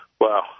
wow